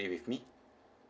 with me